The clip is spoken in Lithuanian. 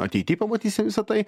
ateityje pamatysim visą tai